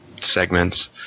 segments